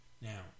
Now